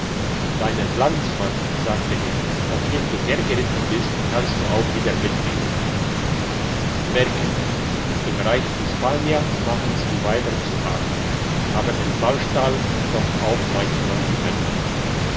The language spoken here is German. deinen landsmann sagte er auf dem du hergeritten bist kannst du auch wieder mitnehmen merke im reich hispania machen's die weiber zu arg aber in ballstall doch auch manchmal die männer